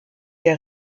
der